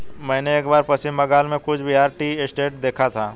मैंने एक बार पश्चिम बंगाल में कूच बिहार टी एस्टेट देखा था